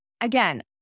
again